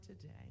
today